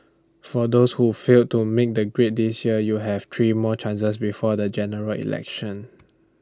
for those who failed to make the grade this year you have three more chances before the General Election